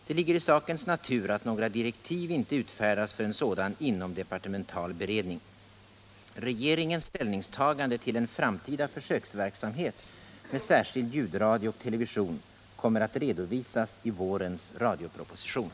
Det ligger i sakens natur att några direktiv inte utfärdas för en sådan inomdepartemental beredning. Regeringens ställningstagande till en framtida försöksverksamhet med särskild ljudradio och television kommer att redovisas i vårens radioproposition.